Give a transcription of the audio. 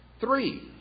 Three